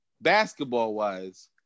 basketball-wise